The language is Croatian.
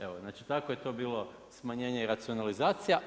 Evo znači tako je to bilo smanjenje i racionalizacija.